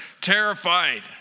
terrified